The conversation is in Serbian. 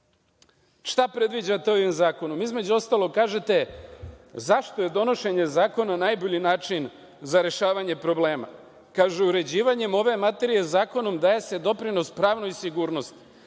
predviđate ovim zakonom? Između ostalog, kažete zašto je donošenje zakona najbolji način za rešavanje problema. Kaže: „Uređivanjem ove materije zakonom daje se doprinos pravnoj sigurnosti